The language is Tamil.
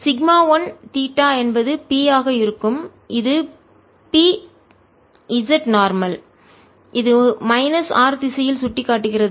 எனவே சிக்மா 1 தீட்டா என்பது P ஆக இருக்கும் இது P z நார்மல் இது மைனஸ் r திசையில் சுட்டிக்காட்டுகிறது